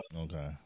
Okay